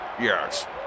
Yes